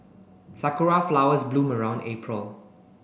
Sakura flowers bloom around April